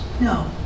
No